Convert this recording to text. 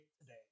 today